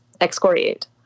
excoriate